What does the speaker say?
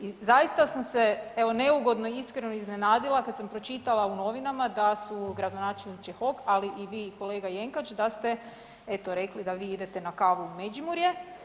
I zaista sam se evo neugodno i iskreno iznenadila kad sam pročitala u novinama da su gradonačelnik Čehok, ali i vi i kolega Jenkač da ste eto rekli da vi idete na kavu u Međimurje.